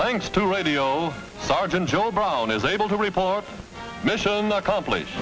thanks to radio sergeant joe brown is able to report mission accomplished